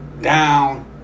down